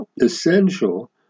essential